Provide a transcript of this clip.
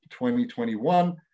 2021